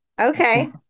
Okay